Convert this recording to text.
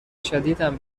شدیدم